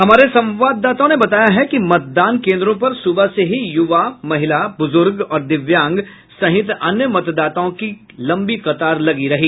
हमारे संवाददाताओं ने बताया है कि मतदान केन्द्रों पर सुबह से ही युवा महिला बुज़ुर्ग और दिव्यांग सहित अन्य मतदाताओं की लंबी कतार लगी रही